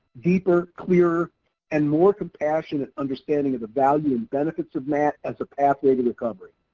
deeper, clearer and more compassionate understanding of the value and benefits of mat as a pathway to recovery.